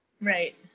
Right